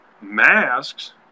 masks